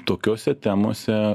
tokiose temose